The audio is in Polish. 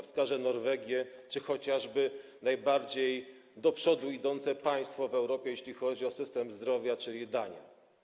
Wskażę Norwegię czy chociażby idące najbardziej do przodu państwo w Europie, jeśli chodzi o system zdrowia, czyli Danię.